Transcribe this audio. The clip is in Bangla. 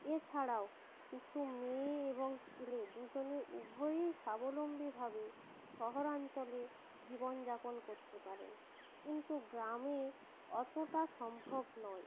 এছাড়াও কিছু মেয়ে এবং ছেলে দুজনে উভয়েই স্বাবলম্বীভাবে শহরাঞ্চলে জীবন যাপন করতে পারেন কিন্তু গ্রামে অতোটা সম্ভব নয়